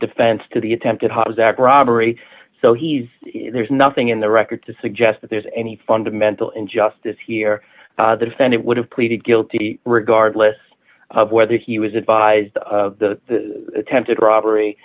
defense to the attempted ha's act robbery so he's there's nothing in the record to suggest that there's any fundamental injustice here the defendant would have pleaded guilty regardless of whether he was advised of the attempted robbery